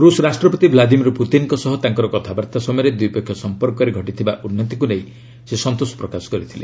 ରୁଷ୍ ରାଷ୍ଟ୍ରପତି ଭ୍ଲାଦିମିର ପୁତିନଙ୍କ ସହ ତାଙ୍କର କଥାବାର୍ତ୍ତା ସମୟରେ ଦ୍ୱିପକ୍ଷୀୟ ସଂପର୍କରେ ଘଟିଥିବା ଉନ୍ନତିକୁ ନେଇ ସନ୍ତୋଷ ପ୍ରକାଶ କରିଥିଲେ